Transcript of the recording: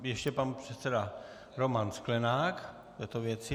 Ještě pan předseda Roman Sklenák k této věci.